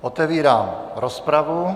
Otevírám rozpravu.